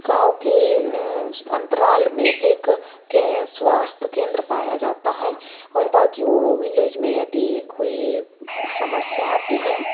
गाँव के अंतराल में एक कें स्वास्थय केंद्र पाया जाता है और बाकिओं वह विलेज में यदि कोई समस्या आती है